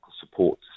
support